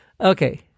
Okay